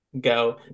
go